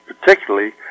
particularly